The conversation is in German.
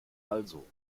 also